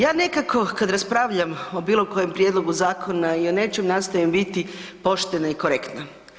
Ja nekako kad raspravljam o bilokojem prijedlogu zakona i o nečem, nastojim biti poštena i korektna.